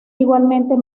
igualmente